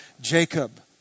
Jacob